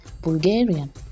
Bulgarian